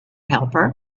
helper